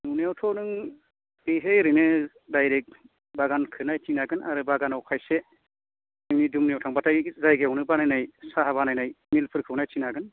नुनायावथ' नों बेहाय ओरैनो डाइरेक्त बागानखौ नायथिंनो हागोन आरो बागानाव खायसे जोंनि दुमनियाव थांबाथाय जायगायावनो बानायनाय साहा बानायनाय मिलफोरखौ नायथिंनो हागोन